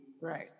Right